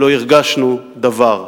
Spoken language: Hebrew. "לא הרגשנו דבר".